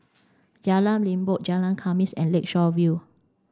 Jalan Limbok Jalan Khamis and Lakeshore View